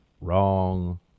wrong